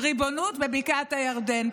ריבונות בבקעת הירדן.